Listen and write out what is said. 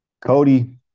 Cody